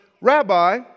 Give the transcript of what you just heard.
Rabbi